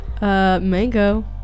mango